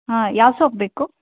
ಹಾಂ ಯಾವ ಸೋಪ್ ಬೇಕು